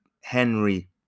Henry